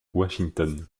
washington